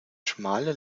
schmale